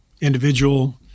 individual